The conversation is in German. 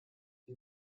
wie